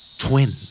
twin